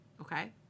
okay